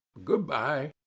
good-bye.